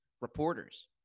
reporters